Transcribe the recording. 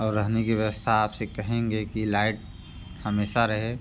और रहने की व्यवस्था आप से कहेंगे कि लाइट हमेशा रहे